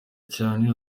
cyane